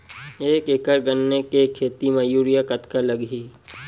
एक एकड़ गन्ने के खेती म यूरिया कतका लगही?